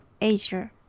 Asia